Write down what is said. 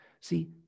See